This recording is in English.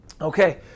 Okay